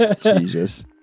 Jesus